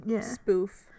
spoof